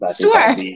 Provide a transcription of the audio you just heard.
Sure